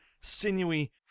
sinewy